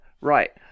Right